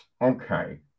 okay